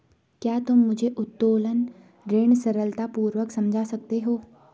क्या तुम मुझे उत्तोलन ऋण सरलतापूर्वक समझा सकते हो?